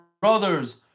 brothers